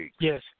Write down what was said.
Yes